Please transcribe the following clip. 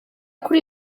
kuri